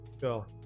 Go